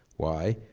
why?